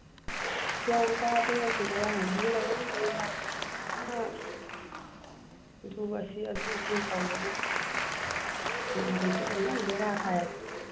ꯒ꯭ꯌꯥꯟ ꯇꯥꯗꯦ ꯑꯩꯁꯨ ꯃꯌꯥꯡ ꯅꯨꯄꯤꯗꯩ ꯂꯧꯔꯛꯄꯅꯤꯅ ꯐꯨꯔꯤꯠꯅꯤꯅ ꯑꯗꯨ ꯑꯁꯤ ꯑꯗꯨ ꯑꯁꯤꯅ ꯇꯧꯕꯗꯨ ꯐꯤꯔꯣꯜ ꯍꯟꯗꯣꯛꯑ ꯌꯥꯝ ꯕꯦꯔꯥ ꯀꯥꯏꯌꯦꯕ